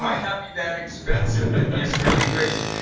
might not be that expensive. it is really crazy.